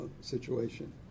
situation